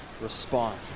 respond